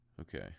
okay